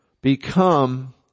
become